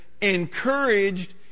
encouraged